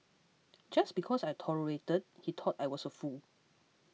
just because I tolerated he thought I was a fool